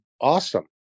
awesome